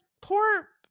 Poor